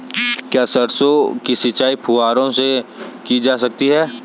क्या सरसों की सिंचाई फुब्बारों से की जा सकती है?